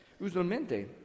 Usualmente